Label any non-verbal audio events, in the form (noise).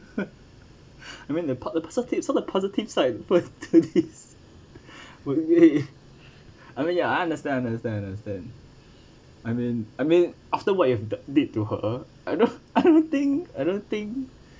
(laughs) you mean the po~ the positive so the positive side with this would be I mean ya I understand understand understand I mean I mean after what you have do did to her I don't think I don't think